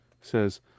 says